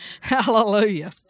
Hallelujah